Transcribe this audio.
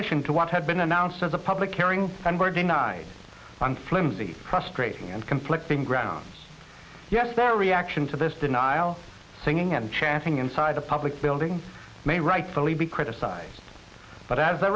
mission to what had been announced as a public hearing and were denied on flimsy frustrating and conflicting grounds yes their reaction to this denial singing and chanting inside a public building may rightfully be criticised but as